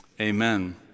Amen